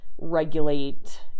regulate